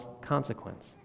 consequence